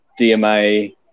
DMA